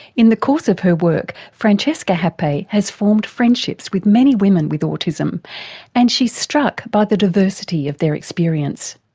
in the course of her work francesca happe has formed friendships with many women with autism and she's struck by the diversity of their experience.